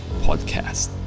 Podcast